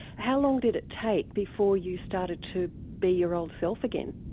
how long did it take before you started to be your old self again?